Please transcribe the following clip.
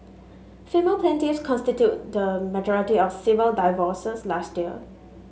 female plaintiffs constituted the majority of civil divorces last year